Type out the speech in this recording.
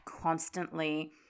constantly